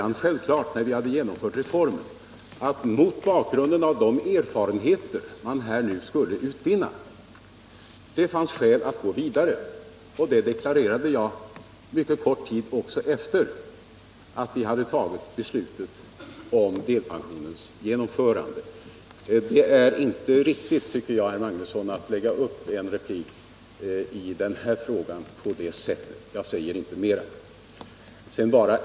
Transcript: När vi hade genomfört reformen fanns skäl att gå vidare efter de erfarenheter man skulle komma att vinna. Det deklarerade jag också efter det att vi fattat beslutet om delpensionens genomförande. Det är inte riktigt, tycker jag, att lägga upp en replik i denna fråga på det sätt som herr Magnusson gjorde.